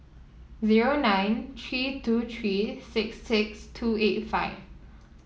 zero nine three two three six six two eight five